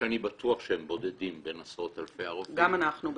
שאני בטוח שהם בודדים בין עשרות אלפי הרופאים -- גם אנחנו בטוחים.